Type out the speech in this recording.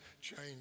change